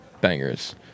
bangers